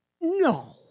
No